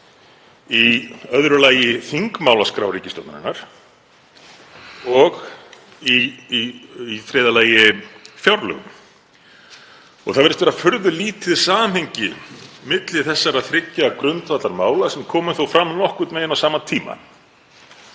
í öðru lagi þingmálaskrá ríkisstjórnarinnar og í þriðja lagi að fjárlögum. Það virðist vera furðulítið samhengi milli þessara þriggja grundvallarmála sem koma þó fram nokkurn veginn á sama tíma.